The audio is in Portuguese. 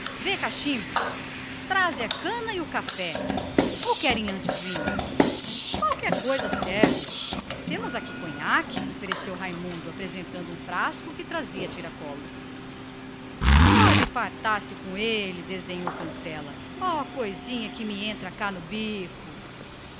vê cachimbos traze a cana e o café ou querem antes vinho qualquer coisa serve temos aqui conhaque ofereceu raimundo apresentando um frasco que trazia a tiracolo pode fartar se com ele desdenhou cancela é coisinha que não me entra cá no bico